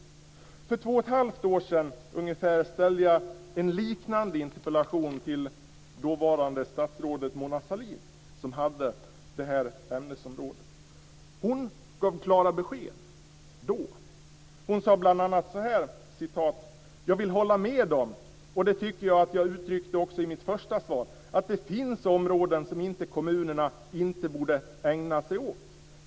För ungefär två och ett halvt år sedan ställde jag en liknande interpellation till statsrådet Mona Sahlin som då hade hand om det här ämnesområdet. Hon gav klara besked då. Hon sade bl.a. så här: "Jag vill hålla med om - och det tycker jag att jag uttryckte också i mitt första svar - att det finns områden som kommunerna inte borde ägna sig åt.